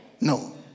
No